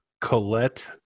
colette